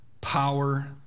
power